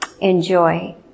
Enjoy